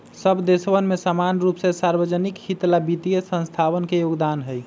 सब देशवन में समान रूप से सार्वज्निक हित ला वित्तीय संस्थावन के योगदान हई